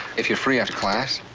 if you're free after class.